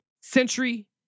Century